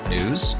News